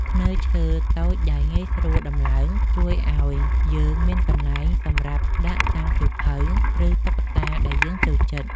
ធ្នើឈើខ្នាតតូចដែលងាយស្រួលដំឡើង ជួយឱ្យយើងមានកន្លែងសម្រាប់ដាក់តាំងសៀវភៅ ឬតុក្កតាដែលយើងចូលចិត្ត។